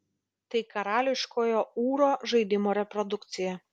tai karališkojo ūro žaidimo reprodukcija